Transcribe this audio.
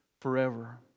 forever